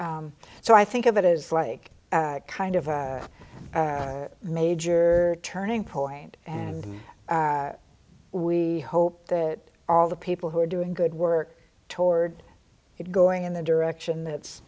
so i think of it as like kind of a major turning point and we hope that all the people who are doing good work toward it going in the direction that's